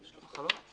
מחלות.